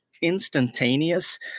instantaneous